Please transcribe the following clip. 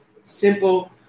Simple